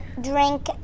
drink